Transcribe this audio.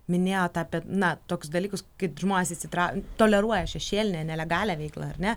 minėjot apie na tokius dalykus kai žmonės įsitra toleruoja šešėlinę nelegalią veiklą ar ne